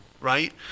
right